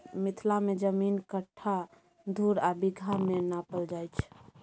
मिथिला मे जमीन कट्ठा, धुर आ बिगहा मे नापल जाइ छै